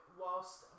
whilst